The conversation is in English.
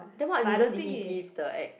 then what reason did he give the ex